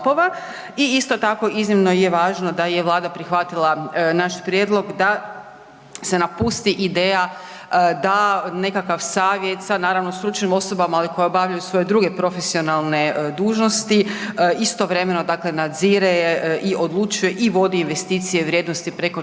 i isto tako iznimno je važno da je Vlada prihvatila naš prijedlog da se napusti ideja, da nekakav savjet sa naravno stručnim osobama koje obavljaju svoje druge profesionalne dužnosti, istovremeno, dakle nadzire i odlučuje i vodi investicije vrijednosti preko 40